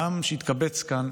העם שהתקבץ כאן,